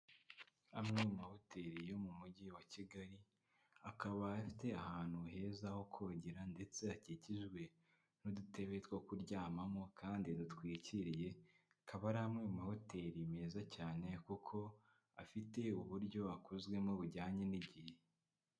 Amwe mu mahoteli yo mu mujyi wa kigali akaba afite ahantu heza ho kogera ndetse hakikijwe n'udutebe two kuryamamo kandi dutwikiriye akaba ari amwe mu mahoteli meza cyane kuko afite uburyo akozwemo bujyanye n'igihe.